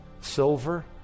silver